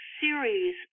series